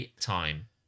time